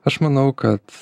aš manau kad